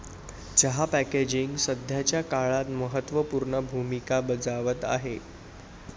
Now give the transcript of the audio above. चहा पॅकेजिंग सध्याच्या काळात महत्त्व पूर्ण भूमिका बजावत आहे